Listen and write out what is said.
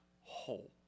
whole